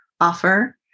offer